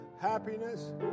happiness